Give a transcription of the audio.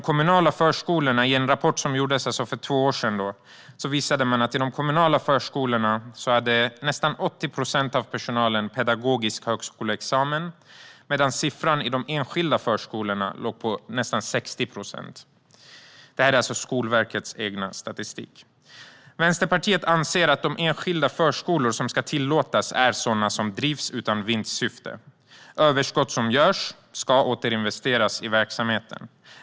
Enligt en rapport som gjordes för två år sedan hade nästan 80 procent av personalen i de kommunala förskolorna pedagogisk högskoleexamen, medan siffran för de enskilda förskolorna låg på ungefär 60 procent. Detta är Skolverkets egen statistik. Vänsterpartiet anser att de enskilda förskolor som ska tillåtas är sådana som drivs utan vinstsyfte. Överskott som görs ska återinvesteras i verksamheten.